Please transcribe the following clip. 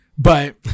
But-